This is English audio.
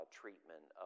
treatment